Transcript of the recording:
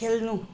खेल्नु